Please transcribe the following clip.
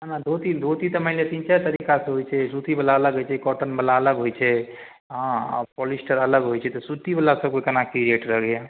हँ धोती धोती तऽ मानि लिअऽ तीन चारि तरीकासँ होइ छै सूतीवला अलग होइ छै कॉटनवला अलग होइ छै हँ आओर पॉलिस्टर अलग होइ छै तऽ सूतीवला सबके कोना कि रेट रहैए